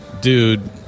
dude